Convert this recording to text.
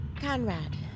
Conrad